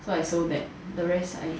so I sold that the rest I